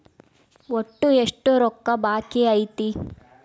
ಒಟ್ಟು ಎಷ್ಟು ರೊಕ್ಕ ಬಾಕಿ ಐತಿ?